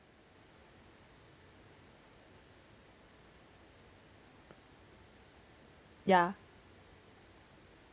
yeah